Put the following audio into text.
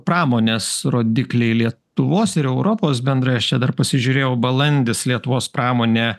pramonės rodikliai lietuvos ir europos bendrai aš čia dar pasižiūrėjau balandis lietuvos pramonė